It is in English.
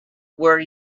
were